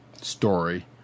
story